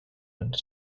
and